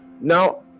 now